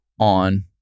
on